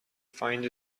find